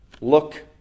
Look